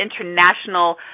international